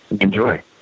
Enjoy